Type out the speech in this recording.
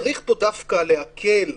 צריך פה דווקא להקל,